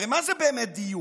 הרי מה זה באמת דיון?